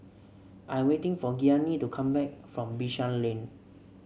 I'm waiting for Gianni to come back from Bishan Lane